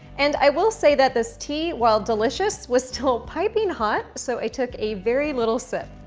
and i will say that this tea while delicious was still piping hot so i took a very little sip.